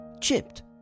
chipped